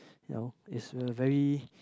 no it's a very